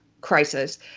crisis